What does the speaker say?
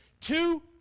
Two